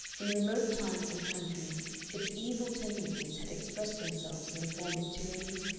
in remote times and countries its evil tendencies had expressed themselves in the form of tyrannies,